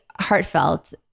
Heartfelt